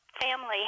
family